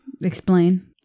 Explain